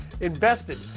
invested